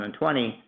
2020